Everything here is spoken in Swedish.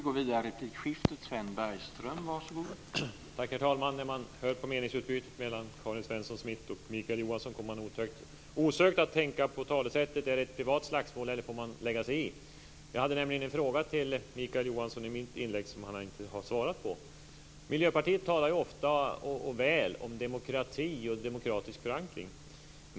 Herr talman! När man hör på meningsutbytet mellan Karin Svensson Smith och Mikael Johansson kommer man osökt att tänka på talesättet: Är det ett privat slagsmål, eller får man lägga sig i? Jag hade nämligen en fråga till Mikael Johansson i mitt inlägg som han inte har svarat på. Miljöpartiet talar ofta och väl om demokrati och demokratisk förankring.